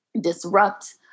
disrupt